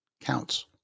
counts